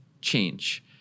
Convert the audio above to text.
change